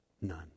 None